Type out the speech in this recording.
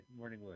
Morningwood